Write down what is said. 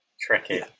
Tricky